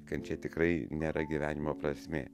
kančia tikrai nėra gyvenimo prasmė